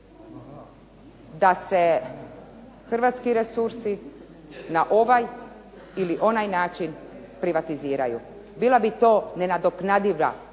da se hrvatski resursi na ovaj ili onaj način privatiziraju. Bila bi to nenadoknadiva